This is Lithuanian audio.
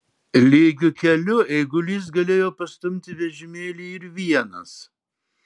lygiu keliu eigulys galėjo pastumti vežimėlį ir vienas